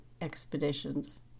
expeditions